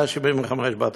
175 בתי-ספר.